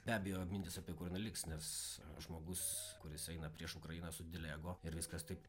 be abejo mintys apie na liks nes žmogus kuris eina prieš ukrainą su dideliu ego ir viskas taip